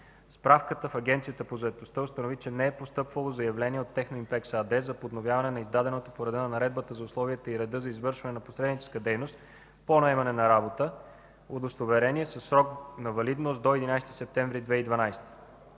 Справката в Агенцията по заетостта установи, че не е постъпвало заявление от „Техноимпекс” АД за подновяване на издаденото по реда на Наредбата за условията и реда за извършване на посредническа дейност по наемане на работа удостоверение, със срок на валидност до 11 септември 2012